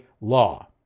law